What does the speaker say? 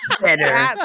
better